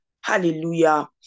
Hallelujah